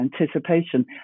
anticipation